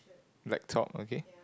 black top okay